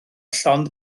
llond